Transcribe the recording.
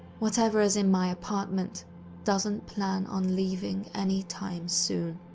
whatever is in my apartment doesn't plan on leaving anytime soon.